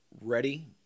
ready